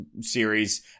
series